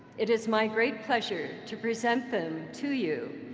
it is my great pleasure to present them to you,